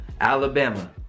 Alabama